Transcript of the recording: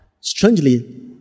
strangely